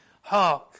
Hark